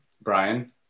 Brian